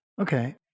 okay